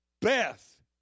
Beth